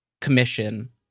commission